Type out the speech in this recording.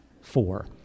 Four